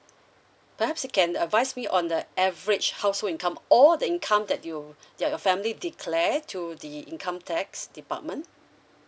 perhaps you can advise me on the average household income all the income that you your your family declared to the income tax department